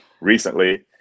recently